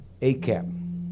ACAP